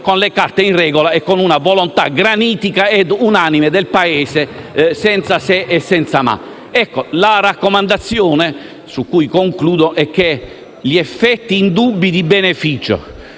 con le carte in regola e con una volontà granitica e unanime del Paese, senza se e senza ma. La raccomandazione con cui concludo è che gli effetti indubbi di beneficio